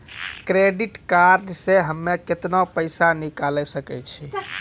Credit card से हम्मे केतना पैसा निकाले सकै छौ?